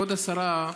כבוד השרה,